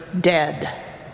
dead